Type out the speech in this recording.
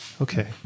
Okay